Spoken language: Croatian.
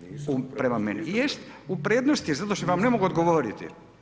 Bulj, ne razumije se.]] Jeste, u prednosti zato što vam ne mogu odgovoriti.